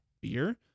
beer